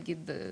נגיד,